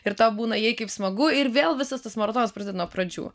ir tau būna jei kaip smagu ir vėl visas tas maratonas prideda nuo pradžių